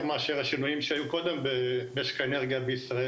מאשר השינויים שהיו קודם במשק האנרגיה בישראל,